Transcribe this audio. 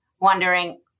wondering